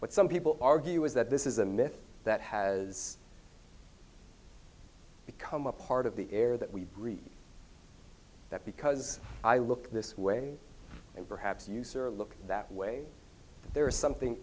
but some people argue is that this is a myth that has become a part of the air that we breathe that because i look this way and perhaps you sir look that way there is something